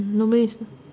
nobody is